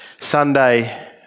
Sunday